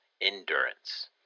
Endurance